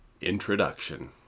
Introduction